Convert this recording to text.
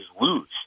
lose